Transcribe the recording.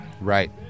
Right